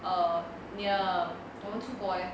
err ya 我们出国 leh